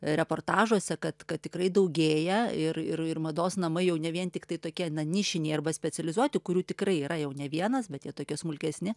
reportažuose kad kad tikrai daugėja ir ir ir mados namai jau ne vien tiktai tokie na nišiniai arba specializuoti kurių tikrai yra jau ne vienas bet jie tokie smulkesni